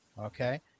Okay